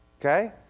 okay